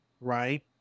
right